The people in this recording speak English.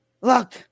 Look